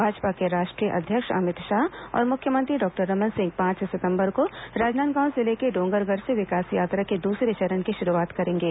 भाजपा के राष्ट्रीय अध्यक्ष अमित शाह और मुख्यमंत्री डॉक्टर रमन सिंह पांच सितंबर को राजनांदगांव जिले के डोंगरगढ़ से विकास यात्रा के दूसरे चरण की शुरूआत करेंगे